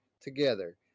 together